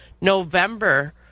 November